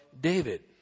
David